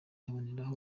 aboneraho